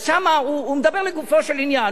אז שם הוא מדבר לגופו של עניין.